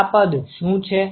આ પદ શું છે